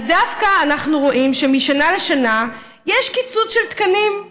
אז דווקא אנחנו רואים שמשנה לשנה יש קיצוץ של תקנים.